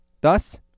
Thus